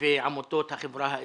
ועמותות החברה האזרחית,